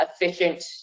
efficient